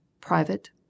Private